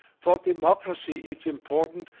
for democracy it's important,